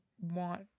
want